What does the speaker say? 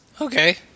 Okay